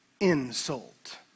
insult